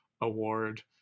award